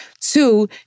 Two